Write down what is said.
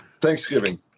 Thanksgiving